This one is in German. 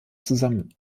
zusammen